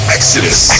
Exodus